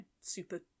super